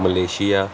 Malaysia Singapore